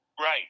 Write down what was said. Right